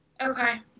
okay